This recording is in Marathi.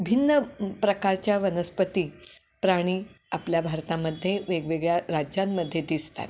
भिन्न प्रकारच्या वनस्पती प्राणी आपल्या भारतामध्ये वेगवेगळ्या राज्यांमध्ये दिसतात